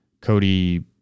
Cody